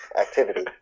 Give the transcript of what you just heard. activity